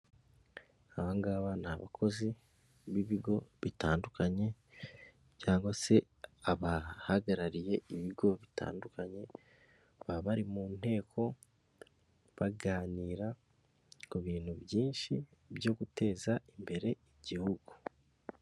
Aba ngaha ni bakozi b'ibigo bitandukanye cyangwa se abahagarariye ibigo bitandukanye, baba bari mu nteko baganira ku bintu byinshi byo guteza imbere igihugu.